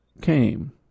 came